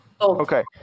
Okay